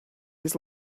his